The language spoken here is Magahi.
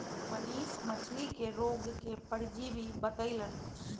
मनीष मछ्ली के रोग के परजीवी बतई लन